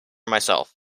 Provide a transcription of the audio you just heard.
myself